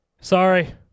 Sorry